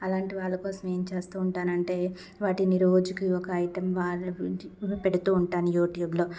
అలాంటి వాళ్ళ కోసం ఏం చేస్తూ ఉంటానంటే వాటిని రోజుకి ఒక ఐటెం వాళ్ళు పెడుతూ ఉంటాను యూట్యూబ్లో